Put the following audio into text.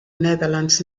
netherlands